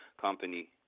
company